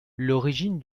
l’origine